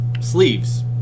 sleeves